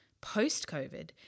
Post-COVID